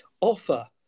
offer